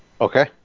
Okay